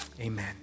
Amen